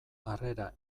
harrera